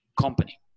company